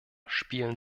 spielen